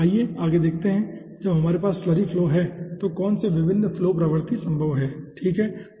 आगे हम देखते हैं कि जब हमारे पास स्लरी फ्लो हैं तो कौन से विभिन्न फ्लो प्रवृत्ति संभव हैं ठीक है